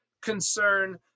concern